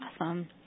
Awesome